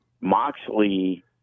Moxley